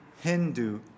Hindu